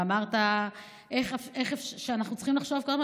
אמרת שאנחנו צריכים לחשוב כל הזמן,